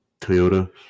Toyota